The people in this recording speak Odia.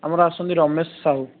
ଆମର ଆସୁଛନ୍ତି ରମେଶ ସାହୁ